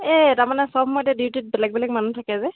এই তাৰমানে চব সময়তে ডিউটিত বেলেগ বেলেগ মানুহ থাকে যে